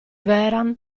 vehrehan